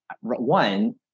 one